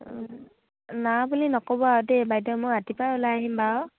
না বুলি নক'ব আৰু দেই বাইদেউ মই ৰাতিপুৱাই ওলাই আহিম বাৰু